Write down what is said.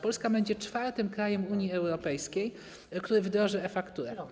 Polska będzie czwartym krajem w Unii Europejskiej, który wdroży e-fakturę.